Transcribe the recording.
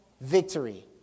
victory